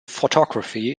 photography